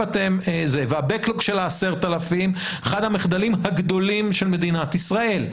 וה- backlogשל ה-10,000 הוא אחד המחדלים הגדולים של מדינת ישראל,